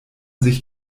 sich